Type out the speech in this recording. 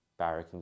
barracking